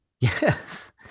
Yes